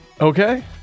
Okay